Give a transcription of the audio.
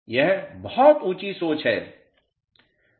यह बहुत ऊँची सोच है